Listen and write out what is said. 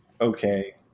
okay